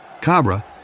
Cabra